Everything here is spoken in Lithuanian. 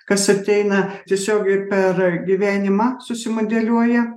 kas ateina tiesiogiai per gyvenimą susimodeliuoja